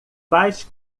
faz